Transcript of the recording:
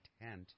intent